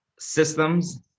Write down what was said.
systems